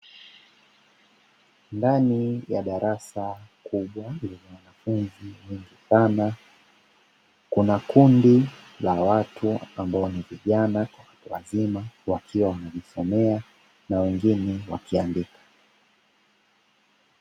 Ndani ya darasa kubwa lenye wanafunzi wengi sana, kuna kundi la watu ambao ni vijana wazima wakiwa wanajisomea na wengine wakiandika.